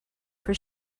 for